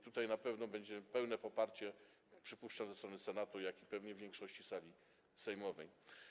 Tutaj na pewno będzie pełne poparcie, przypuszczam, ze strony Senatu, jak i pewnie większości sali sejmowej.